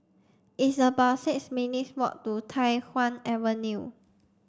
it's about six minutes' walk to Tai Hwan Avenue